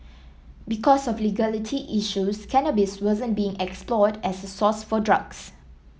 because of legality issues cannabis wasn't being explored as a source for drugs